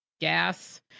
gas